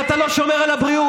איך אתה לא שומר על הבריאות?